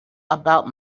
about